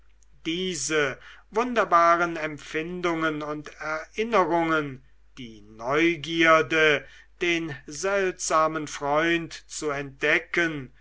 diese wunderbaren empfindungen und erinnerungen die neugierde den seltsamen freund zu entdecken